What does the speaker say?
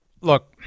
look